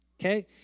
okay